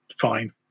fine